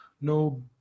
no